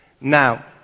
Now